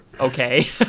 okay